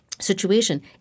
Situation